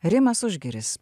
rimas užgiris